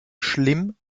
schlimm